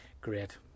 Great